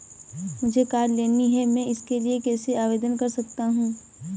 मुझे कार लेनी है मैं इसके लिए कैसे आवेदन कर सकता हूँ?